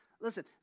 listen